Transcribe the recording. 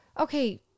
okay